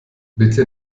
bitte